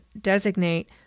designate